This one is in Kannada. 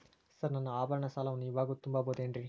ಸರ್ ನನ್ನ ಆಭರಣ ಸಾಲವನ್ನು ಇವಾಗು ತುಂಬ ಬಹುದೇನ್ರಿ?